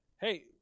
Hey